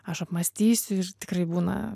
aš apmąstysiu ir tikrai būna